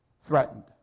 threatened